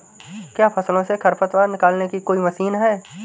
क्या फसलों से खरपतवार निकालने की कोई मशीन है?